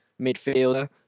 midfielder